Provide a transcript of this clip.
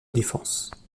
défense